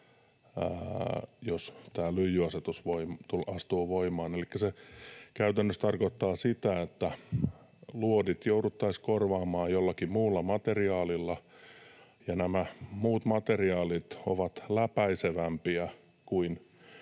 jos tämä lyijyasetus astuu voimaan. Elikkä se käytännössä tarkoittaa sitä, että luodit jouduttaisiin korvaamaan jollakin muulla materiaalilla, ja nämä muut materiaalit ovat läpäisevämpiä kuin